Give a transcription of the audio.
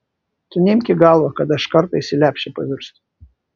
tu neimk į galvą kad aš kartais į lepšę pavirstu